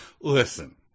listen